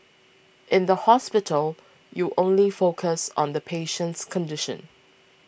in the hospital you only focus on the patient's condition